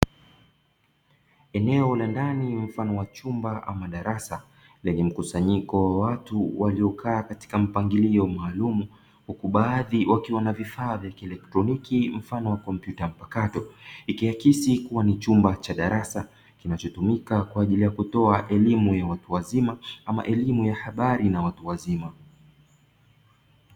Eneo la ndani mfano wa chumba ama darasa lenye mkusanyiko wa watu waliokaa katika mpangilio maalumu huku baadhi wakiwa na vifaa vya kielektroniki mfano wa kompyuta mpakato ikiakisi kuwa ni chumba cha darasa kinachotumika kwa ajili ya kutoa elimu ya watu wa wazima ama elimu ya habari na watu wazima.